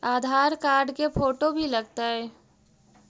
आधार card के photo भी लग तै?